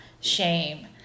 shame